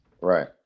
Right